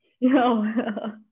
No